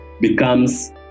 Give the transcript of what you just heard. becomes